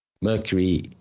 mercury